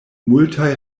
multaj